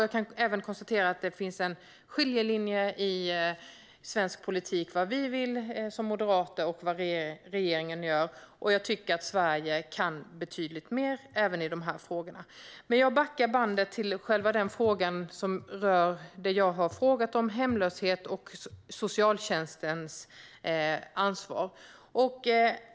Jag kan även konstatera att det finns en skiljelinje i svensk politik mellan vad vi moderater vill och vad regeringen gör. Jag tycker att Sverige kan betydligt mer även i de här frågorna. Men jag backar bandet och fokuserar på det min interpellation handlar om, nämligen hemlöshet och socialtjänstens ansvar.